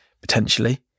potentially